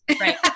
Right